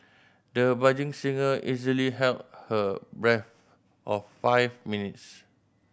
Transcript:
the budding singer easily held her breath of five minutes